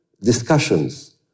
discussions